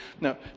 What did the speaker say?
Now